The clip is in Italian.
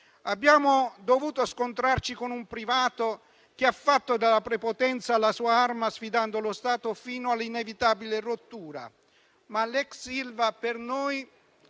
Abbiamo dovuto scontrarci con un privato che ha fatto della prepotenza la sua arma, sfidando lo Stato fino all'inevitabile rottura, ma l'ex Ilva per noi